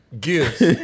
Gifts